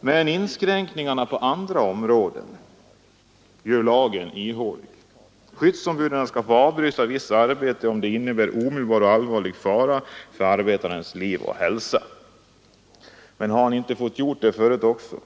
Men inskränkningarna på andra områden gör lagen ihålig. Skyddsombuden skall få avbryta visst arbete som innebär ”omedelbar och allvarlig fara” för arbetarens liv eller hälsa. Men har han inte kunnat göra det förut också?